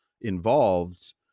involved